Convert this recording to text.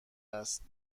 است